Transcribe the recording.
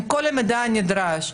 ועם כל המידע הנדרש.